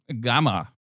Gamma